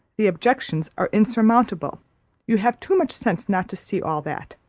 the objections are insurmountable you have too much sense not to see all that.